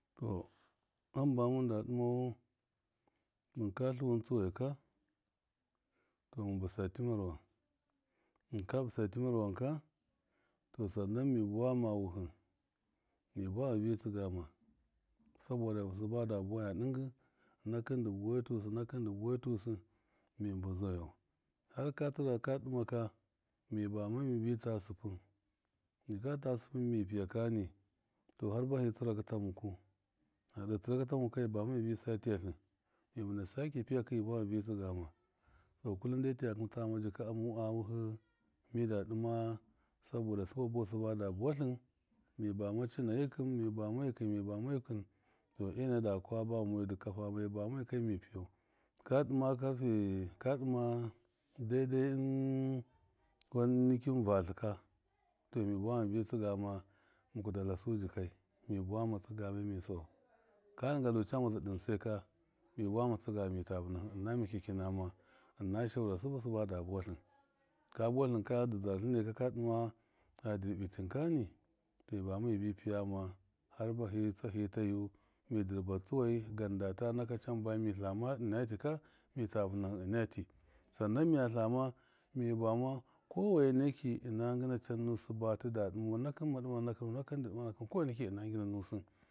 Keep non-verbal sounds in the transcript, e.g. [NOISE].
Tɔ hamba mɨnda dɨmau mɨnka tluwɨn tsuwai ka, tɔmɨn bɨsa timerwan mɨnka bɨsa timer wanka to sannan mi buwa ma wuhɨ mi buwama mibi tsɨgama sabɔda sɨba da buwaya dɨng nakɨn dɨ buwai tusi nakɨn dɨ buwai tusɨ mi mbizayau hark a dɨma kami bama mibi ta sɨpɨm mika ta sɨpɨm mi piya kani tɔ har bahɨ tsɨrakɨ ta muku a de tsirakɨ ta muku kami bama mibi sa tiyatl mɨna sake piyakɨ mi buwama tsigama tɔ kullum de tiya ka muku tama jika a wuhɨ mida dɨma sabɔda sɨbabɔ sɨba da buwa tlɨn mi bama cɨna yikɨm mi bama yikṫm mi bama yikɨm ena mida. Kwa bama mɔyu dɨ kafama mi bama yika mi piyau, ka dɨma, karfe ka dɨma dai dai [HESITATION] wan kin vatlɨ katɔ mi buwama mi bi tsɨgama muku datlasu jikai mi buwama jiyama mi sawau, ka dinga camaza dɨn sai kami buwatsɨgama mita vɨnahɨ ina makyaki nama ɨna shaura sɨbɨ sɨba da buwatlɨn, kabuwatlɨn dɨ dzaratlɨnai ka dima a dɨrbitim kani, tɔmi bama mibi piyama har bahɨ ta tsahɨ tayu mi dɨrba tsuwai gan ndata naka cam bami tlama ɨnati kami ta vɨnahɨ ɨna tii sannan niya tlama mi bama kɔweneki ɨna ngɨna cannusɨ ba tɨda dɨmau nakɨn ma dɨma nakɨnu nakɨn dɨ dɨma nakɨn kɔwene kɨ ɨna ngina nusɨ.